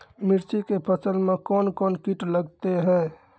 मिर्ची के फसल मे कौन कौन कीट लगते हैं?